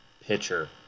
pitcher